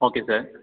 okay sir